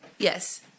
Yes